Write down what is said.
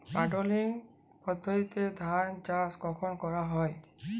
Puddling পদ্ধতিতে ধান চাষ কখন করা হয়?